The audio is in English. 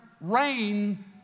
Rain